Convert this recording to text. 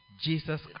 Jesus